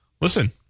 listen